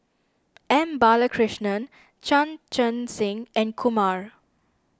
M Balakrishnan Chan Chun Sing and Kumar